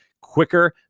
quicker